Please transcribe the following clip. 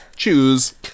choose